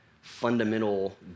fundamental